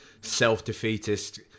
self-defeatist